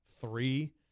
three